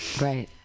Right